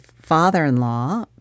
father-in-law